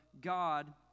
God